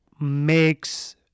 makes